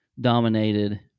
dominated